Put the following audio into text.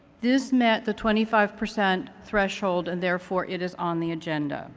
this met the twenty five percent threshold and, therefore, it is on the agenda.